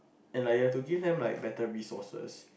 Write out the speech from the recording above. and like you have to give them like better resources